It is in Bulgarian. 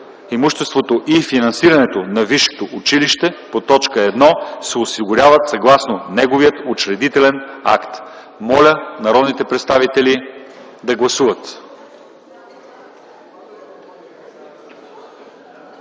Имуществото и финансирането на висшето училище по т. 1 се осигуряват съгласно неговия учредителен акт.” Моля народните представители да гласуват.